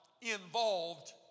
involved